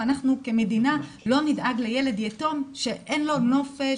ואנחנו כמדינה לא נדאג לילד יתום שאין לו נופש,